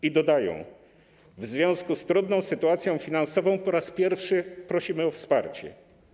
I dodają: w związku z trudną sytuacją finansową po raz pierwszy prosimy o wsparcie.